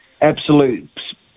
Absolute